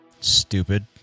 Stupid